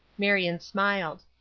marion smiled.